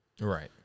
Right